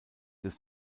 des